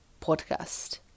Podcast